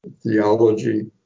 theology